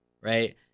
right